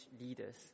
leaders